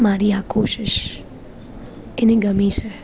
મારી આ કોશિશ એને ગમી છે